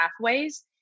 pathways